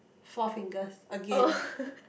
Four-Fingers again